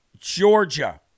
Georgia